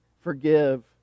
forgive